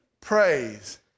praise